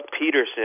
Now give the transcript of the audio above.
Peterson